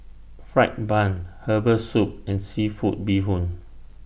Fried Bun Herbal Soup and Seafood Bee Hoon